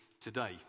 today